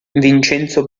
vincenzo